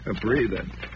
breathing